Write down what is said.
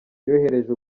yohereje